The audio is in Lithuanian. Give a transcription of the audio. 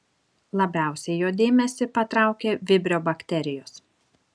labiausiai jo dėmesį patraukė vibrio bakterijos